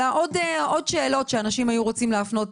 אלא עוד שאלות שאנשים היו רוצים להפנות